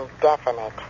definite